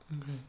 Okay